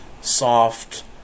soft